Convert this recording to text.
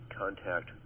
contact